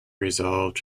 resolved